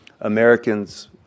Americans